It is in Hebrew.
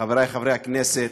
חברי חברי הכנסת,